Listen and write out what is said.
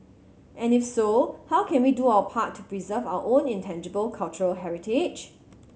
and if so how can we do our part to preserve our own intangible cultural heritage